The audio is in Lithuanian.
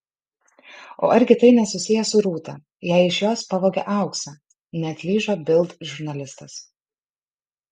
o argi tai nesusiję su rūta jei iš jos pavogė auksą neatlyžo bild žurnalistas